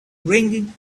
ringing